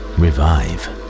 revive